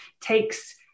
takes